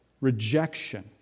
rejection